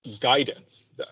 guidance